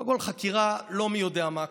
קודם כול חקירה לא מי יודע מה,